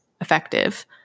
effective